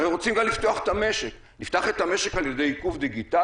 אנחנו רוצים גם לפתוח את המשק; נפתח את המשק על ידי עיקוב דיגיטלי?